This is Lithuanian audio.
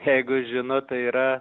jeigu žinot tai yra